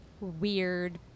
weird